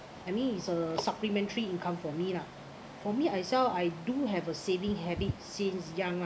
I mean it's a supplementary income for me lah for me I sell I do have a saving habit since young ah